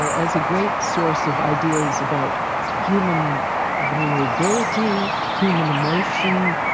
as a great source of ideas about human vulnerability, human emotion,